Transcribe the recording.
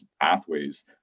pathways